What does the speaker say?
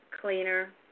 cleaner